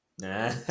Nah